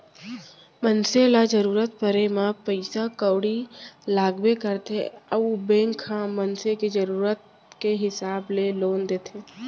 मनसे ल जरूरत परे म पइसा कउड़ी लागबे करथे अउ बेंक ह मनसे के जरूरत के हिसाब ले लोन देथे